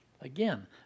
Again